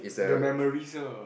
the memories ah